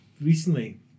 recently